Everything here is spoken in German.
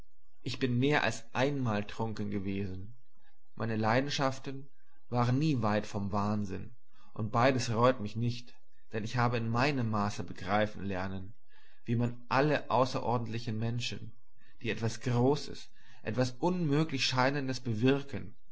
ich bin mehr als einmal trunken gewesen meine leidenschaften waren nie weit vom wahnsinn und beides reut mich nicht denn ich habe in einem maße begreifen lernen wie man alle außerordentlichen menschen die etwas großes etwas unmöglichscheinendes wirkten